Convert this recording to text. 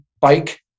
bike